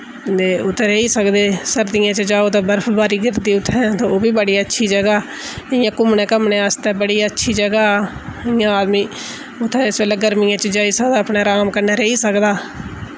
ते उत्थै रेही सकदे सर्दियें च जाओ तां बर्फ बारी गिरदी उत्थै ते ओह् बी बड़ी अच्छी जगह् इ'यां घुम्मने घाम्मने आस्तै बड़ी अच्छी जगह् इ'यां आदमी उत्थै इस बेल्लै गर्मियें च जाई सकदा अपने राम कन्नै रेही सकदा